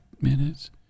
minutes